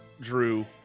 drew